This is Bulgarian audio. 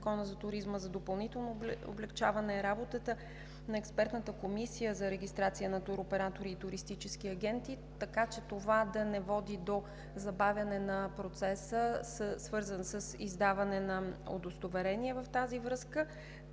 за допълнително облекчаване на работата на Експертната комисия за регистрация на туроператори и туристически агенти, така че това да не води до забавяне на процеса, свързан с издаване на удостоверения. В тази връзка